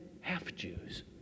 half-Jews